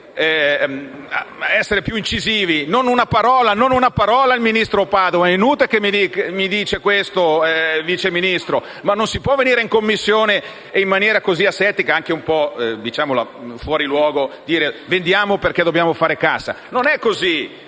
Non è così,